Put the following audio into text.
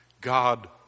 god